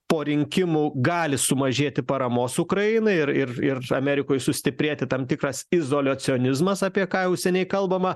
po rinkimų gali sumažėti paramos ukrainai ir ir ir amerikoj sustiprėti tam tikras izoliacionizmas apie ką jau seniai kalbama